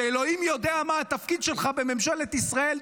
שאלוהים יודע מה התפקיד שלך בממשלת ישראל,